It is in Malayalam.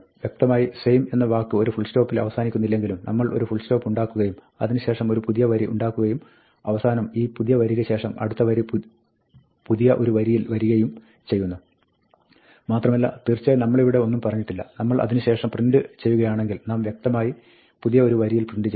വ്യക്തമായി same എന്ന വാക്ക് ഒരു ഫുൾസ്റ്റോപ്പിൽ അവസാനിക്കുന്നില്ലെങ്കിലും നമ്മൾ ഒരു ഫുൾസ്റ്റോപ്പ് ഉണ്ടാക്കുകയും അതിന് ശേഷം ഒരു പുതിയ വരി ഉണ്ടാക്കുകയും അവസാനം ഈ പുതിയ വരിക്ക് ശേഷം അടുത്ത വരി പുതിയ ഒരു വരിയിൽ വരികയും ചെയ്യുന്നു മാത്രമല്ല തീർച്ചയായും നമ്മളിവിടെ ഒന്നും പറഞ്ഞിട്ടില്ല നമ്മൾ അതിന് ശേഷം പ്രിന്റ് ചെയ്യുകയാണെങ്കിൽ നാം വ്യക്തമായി പുതിയ ഒരു വരിയിൽ പ്രിന്റ് ചെയ്യും